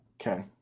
Okay